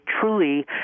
truly